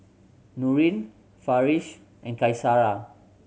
Nurin Farish and Qaisara